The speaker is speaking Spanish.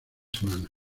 semanas